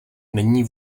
není